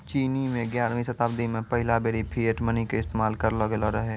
चीनो मे ग्यारहवीं शताब्दी मे पहिला बेरी फिएट मनी के इस्तेमाल करलो गेलो रहै